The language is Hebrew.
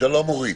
שלום אורית.